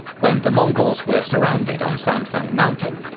when the mongols were surrounded on sanfeng mountain.